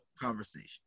conversation